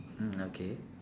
mm okay